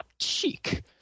cheek